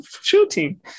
shooting